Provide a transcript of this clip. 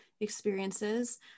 experiences